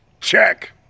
check